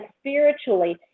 spiritually